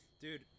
Dude